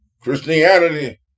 Christianity